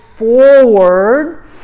forward